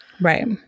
Right